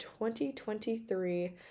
2023